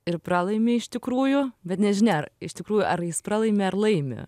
ir pralaimi iš tikrųjų bet nežinia ar iš tikrųjų ar jis pralaimi ar laimi